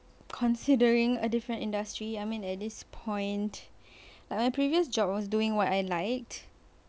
considering a different industry I mean at this point like my previous job was doing what I liked